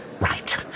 Right